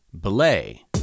Belay